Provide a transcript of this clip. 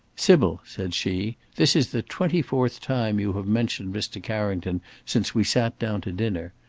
sybil, said she, this is the twenty-fourth time you have mentioned mr. carrington since we sat down to dinner.